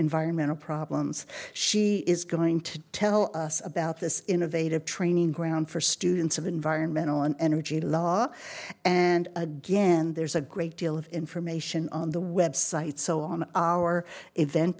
environmental problems she is going to tell us about this innovative training ground for students of environmental and energy law and again there's a great deal of information on the website so on our event